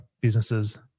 businesses